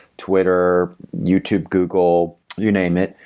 twitter, youtube, google, you name it,